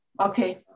Okay